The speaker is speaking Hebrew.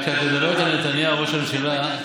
כשאת מדברת על נתניהו ראש הממשלה,